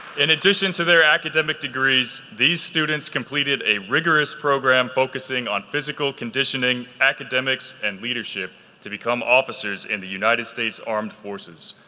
in addition to their academic degrees, these students completed a rigorous program focusing on physical conditioning, academics and leadership to become officers in the united states armed forces.